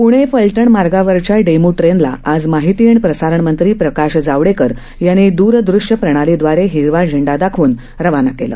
प्णे फलटन मार्गावरच्या डेम्र ट्रेनला आज माहिती आणि प्रसारणमंत्री प्रकाश जावडेकर यांनी द्ररृश्य प्रणालीदवारे हिरवा झेंडा दाखवून रवाना केलं